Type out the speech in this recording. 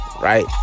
Right